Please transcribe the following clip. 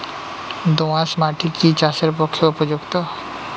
দোআঁশ মাটি কি চাষের পক্ষে উপযুক্ত?